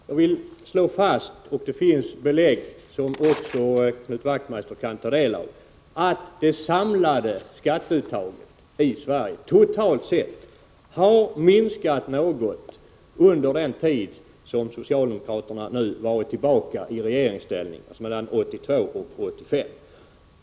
Herr talman! Jag vill slå fast — det finns belägg som också Knut Wachtmeister kan ta del av — att det samlade skatteuttaget i Sverige totalt sett har minskat något under den tid som socialdemokraterna nu har varit tillbaka i regeringsställning, mellan 1982 och 1985.